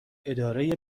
اداره